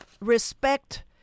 respect